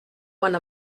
one